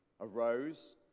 arose